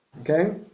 Okay